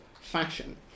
fashion